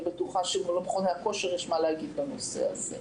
אני בטוחה שלמכוני הכושר יש מה להגיד בנושא הזה,